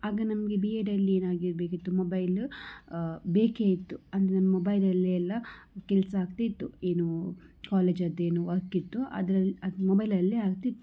ಆಗ ನಮಗೆ ಬಿ ಎಡಲ್ಲಿ ಏನಾಗಿರಬೇಕಿತ್ತು ಮೊಬೈಲ್ ಬೇಕೇ ಇತ್ತು ಅಂದರೆ ಮೊಬೈಲಲ್ಲಿ ಎಲ್ಲ ಕೆಲಸ ಆಗ್ತಿತ್ತು ಏನು ಕಾಲೇಜದ್ದು ಏನು ವರ್ಕಿತ್ತು ಅದು ಅದು ಮೊಬೈಲಲ್ಲೇ ಆಗ್ತಿತ್ತು